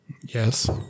Yes